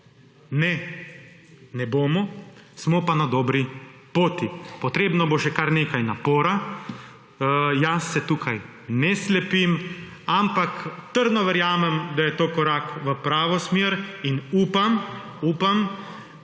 Ne, ne bomo, smo pa na dobri poti. Potrebno bo še kar nekaj napora. Jaz se tukaj ne slepim, ampak trdno verjamem, da je to korak v pravo smer, in upam, da